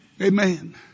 Amen